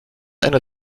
einer